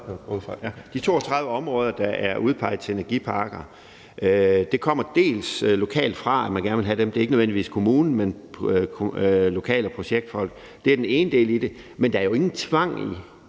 de 32 områder, der er udpeget til energiparker, kommer det til dels lokalt fra, at man gerne vil have dem – det er ikke nødvendigvis kommunen, men lokale projektfolk. Det er den ene del i det. Men der er jo ingen tvang i